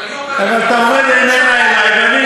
אבל אתה אומר שהיא איננה אלי,